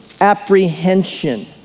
apprehension